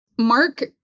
Mark